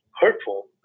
hurtful